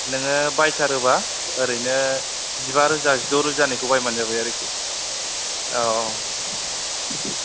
नोङो बायथारोबा ओरैनो जिबा रोजा जिद' रोजानिखौ बायबानो जाबाय आरोखि औ